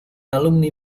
alumni